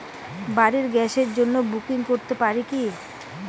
বাড়ির গ্যাসের জন্য বুকিং করতে পারি কি?